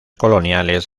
coloniales